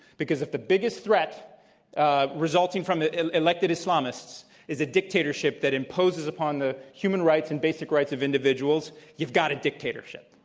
because if the biggest threat ah resulting from elected islamists is a dictatorship that imposes upon the human rights and basic rights of individuals, you've got a dictatorship.